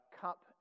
cup